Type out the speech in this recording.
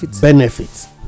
benefits